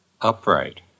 upright